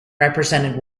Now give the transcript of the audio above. represented